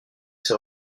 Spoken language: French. ses